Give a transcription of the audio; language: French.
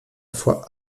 fois